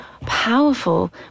powerful